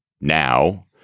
now